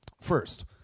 First